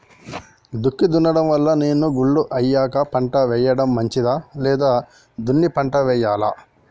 దుక్కి దున్నడం వల్ల నేల గుల్ల అయ్యాక పంట వేయడం మంచిదా లేదా దున్ని పంట వెయ్యాలా?